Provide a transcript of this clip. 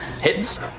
hits